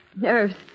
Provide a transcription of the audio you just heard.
Nerves